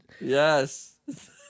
Yes